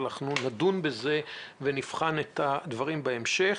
אנחנו נדון בזה ונבחן את הדברים בהמשך.